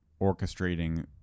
orchestrating